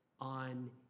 on